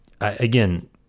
again